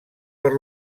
per